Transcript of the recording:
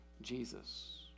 Jesus